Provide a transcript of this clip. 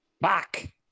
Back